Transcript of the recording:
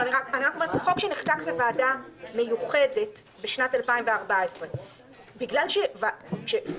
אני רק אומרת שזה חוק שנחקק בוועדה מיוחדת בשנת 2014. כשאומרים